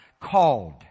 called